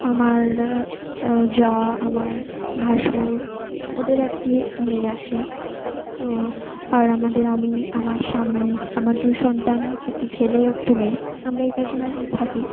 আমার জা আমার ভাসুর ওদের একটি মেয়ে আছে তো আর আমাদের আমি আমার স্বামী আমার দুই সন্তান একটি ছেলে ও একটি মেয়ে আমরা এই কজন থাকি